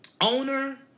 owner